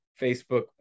Facebook